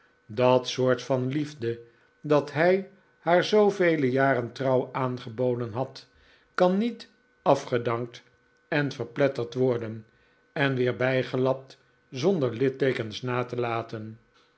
dat soort van liefde dat hij haar zoovele jaren trouw aangeboden had kan niet afgedankt en verpletterd worden en weer bijgelapt zonder litteekens na te laten